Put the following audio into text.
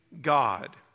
God